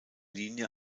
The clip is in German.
linie